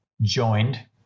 joined